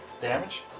Damage